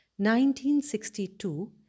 1962